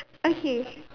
okay